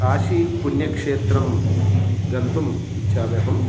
काशीपुण्यक्षेत्रं गन्तुम् इच्छामि अहं